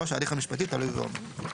ההליך המשפטי תלוי ועומד.